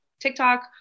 TikTok